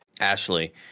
Ashley